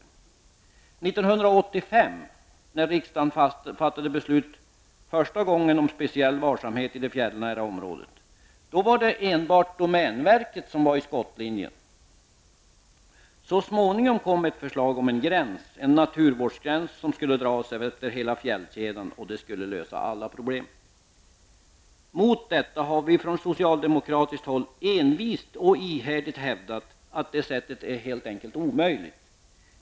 1985, när riksdagen fattade det första beslutet om en speciell varsamhet i det fjällnära området, var det enbart domänverket som var i skottlinjen. Så småningom kom ett förslag om en gräns -- en naturvårdsgräns -- som skulle dras utmed hela fjällkedjan, och det skulle lösa alla problem. Mot detta har vi från socialdemokratiskt håll envist och ihärdigt hävdat att det sättet helt enkelt är omöjligt.